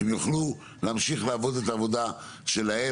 שהם יוכלו להמשיך לעבוד את העבודה שלהם,